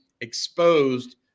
exposed